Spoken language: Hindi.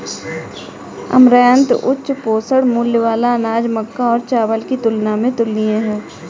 अमरैंथ उच्च पोषण मूल्य वाला अनाज मक्का और चावल की तुलना में तुलनीय है